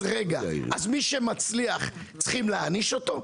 אז רגע, מי שמצליח, צריכים להעניש אותו?